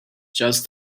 just